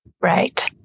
Right